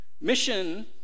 Mission